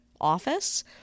office